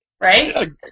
right